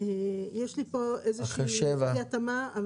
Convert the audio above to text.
יש לי פה איזו אי התאמה,